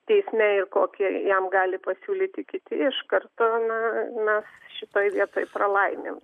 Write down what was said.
teisme ir kokį jam gali pasiūlyti kiti iš karto na mes šitoj vietoj pralaimim